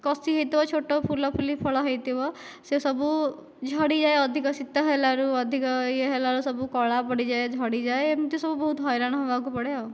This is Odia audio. କଷି ହୋଇଥିବ ଛୋଟ ଫୁଲଫୁଲି ଫଳ ହୋଇଥିବ ସେ ସବୁ ଝଡ଼ିଯାଏ ଅଧିକ ଶୀତ ହେଲାରୁ ଅଧିକ ଇଏ ହେଲାରୁ ସବୁ କଲା ପଡ଼ିଯାଏ ଝଡ଼ିଯାଏ ଏମିତି ସବୁ ବହୁତ ହଇରାଣ ହେବାକୁ ପଡ଼େ ଆଉ